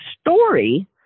story